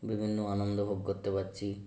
বিভিন্ন আনন্দ উপভোগ করতে পারছি